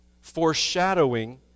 foreshadowing